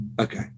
Okay